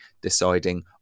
deciding